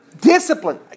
discipline